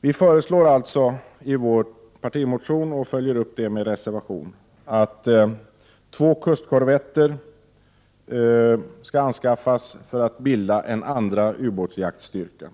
Moderaterna föreslår alltså i en partimotion, och följer upp det i en reservation, att två kustkorvetter skall anskaffas för att bilda en andra ubåtsjaktstyrka.